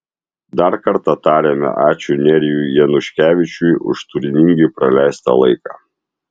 dar kartą tariame ačiū nerijui januškevičiui už turiningai praleistą laiką